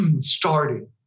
starting